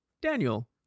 Daniel